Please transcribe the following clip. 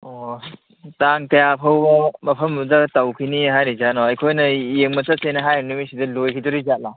ꯑꯣ ꯇꯥꯡ ꯀꯌꯥ ꯐꯥꯎꯕ ꯃꯐꯝ ꯑꯗꯨꯗ ꯇꯧꯈꯤꯅꯤ ꯍꯥꯏꯔꯤꯖꯥꯠꯅꯣ ꯑꯩꯈꯣꯏꯅ ꯌꯦꯡꯕ ꯆꯠꯁꯦꯅ ꯍꯥꯏꯔꯤ ꯅꯨꯃꯤꯠꯁꯤꯗ ꯂꯣꯏꯒꯤꯗꯣꯔꯤꯖꯥꯠꯂꯥ